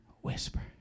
whisper